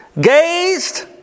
gazed